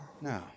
No